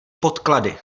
podklady